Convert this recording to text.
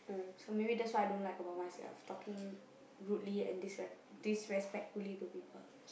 so maybe that's what I don't like about myself talking rudely and disrespectfully to people